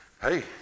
Hey